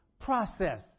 process